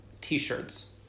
T-shirts